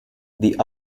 the